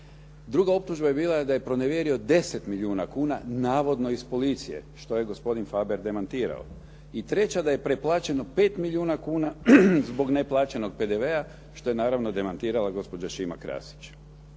Druga optužba je bila da je pronevjerio 10 milijuna kuna, navodno iz policije. Što je gospodin Faber demantirao. I treća, da je pretplaćeno 5 milijuna kuna zbog neplaćenog PDV-a, što je naravno demantirala gospođa Šima Krasić.